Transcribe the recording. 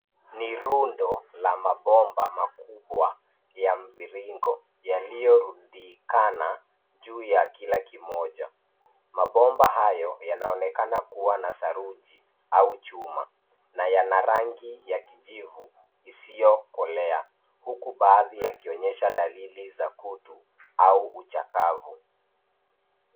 Ni rundo la mabomba makubwa ya mviringo yaliyorundikana juu ya kila kimoja. Mabomba hayo yanaonekana kuwa na saruji au chuma, na yana rangi ya kijivu isiyokolea huku baadhi yakionyesha dalili za kutu au uchakavu.